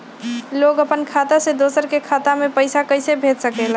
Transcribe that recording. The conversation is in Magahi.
लोग अपन खाता से दोसर के खाता में पैसा कइसे भेज सकेला?